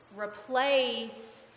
replace